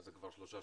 זה כבר 3 שבועות.